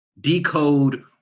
decode